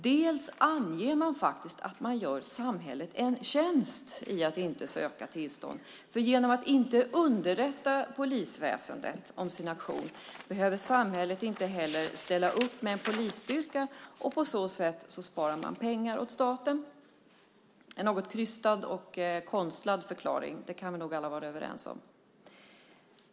Dessutom anger man faktiskt att man gör samhället en tjänst genom att inte söka tillstånd. I och med att man inte underrättar polisväsendet om sin aktion behöver samhället inte heller ställa upp med en polisstyrka, och på så sätt sparar man pengar åt staten. Det är en något krystad och konstlad förklaring. Det kan vi nog alla vara överens om.